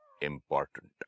important